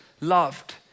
loved